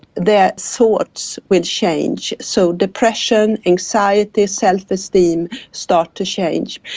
their thoughts will change. so depression, anxiety, self-esteem start to change.